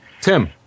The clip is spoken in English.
Tim